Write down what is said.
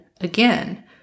again